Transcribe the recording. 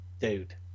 Dude